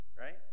right